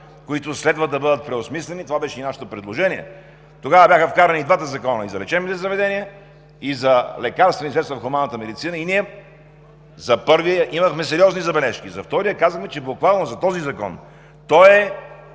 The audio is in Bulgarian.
които следва да бъдат преосмислени. Това беше и нашето предложение. Тогава бяха вкарани и двата закона – и за лечебните заведения, и за лекарствените средства в хуманната медицина и ние за първия имахме сериозни забележки, за втория казахме, че буквално за този закон, той е